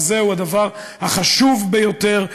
וזהו הדבר החשוב ביותר,